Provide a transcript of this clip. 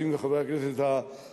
יודעים גם חברי הכנסת הדרוזים,